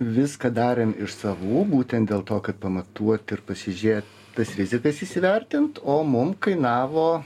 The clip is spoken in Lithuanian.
viską darėm iš savų būtent dėl to kad pamatuot ir pasižiūrėt tas rizikas įsivertint o mum kainavo